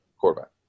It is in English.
quarterback